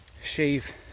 shave